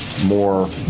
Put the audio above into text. more